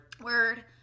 word